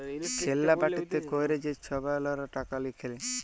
খেল্লা বাটিতে ক্যইরে যে ছাবালরা টাকা লিঁয়ে খেলে